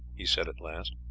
he said at last,